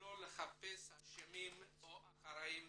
ולא לחפש אשמים או אחראים